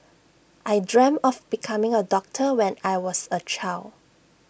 I dreamt of becoming A doctor when I was A child